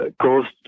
caused